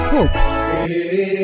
Hope